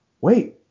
wait